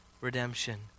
redemption